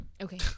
Okay